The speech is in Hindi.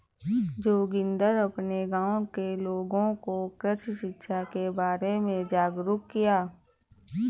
जोगिंदर अपने गांव के लोगों को कृषि शिक्षा के बारे में जागरुक किया